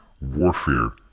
warfare